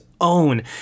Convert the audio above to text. own